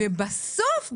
בסוף,